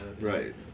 Right